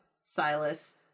Silas